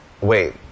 wait